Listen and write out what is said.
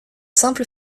simple